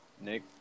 nick